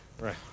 right